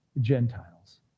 Gentiles